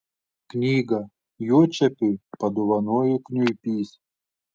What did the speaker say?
knygą juočepiui padovanojo kniuipys